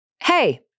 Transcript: Hey